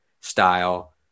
style